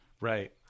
Right